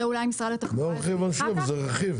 זה לא עונשי אבל זה רכיב.